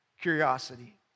curiosity